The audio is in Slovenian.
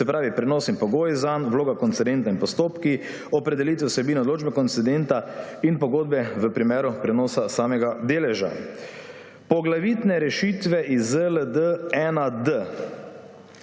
se pravi prenos in pogoji zanj, vloga koncedenta in postopki, opredelitve vsebine odločbe koncedenta in pogodbe v primeru prenosa samega deleža. Poglavitne rešitve iz ZLD-1D.